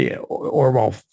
Orwell